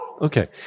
Okay